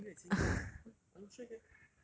你两月前跟我讲 !oi! I not stressed eh